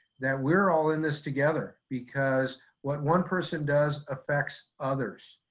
that we're all in this together, because what one person does affects others.